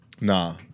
Nah